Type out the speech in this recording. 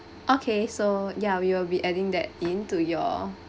okay so ya we will be adding that in to your